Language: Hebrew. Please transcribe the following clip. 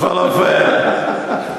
בכל אופן,